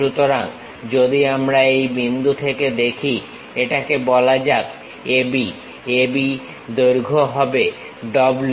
সুতরাং যদি আমরা এই বিন্দু থেকে দেখি এটাকে বলা যাক A B AB দৈর্ঘ্য হবে W